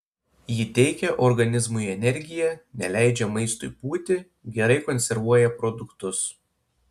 ji teikia organizmui energiją neleidžia maistui pūti gerai konservuoja produktus